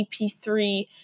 CP3 –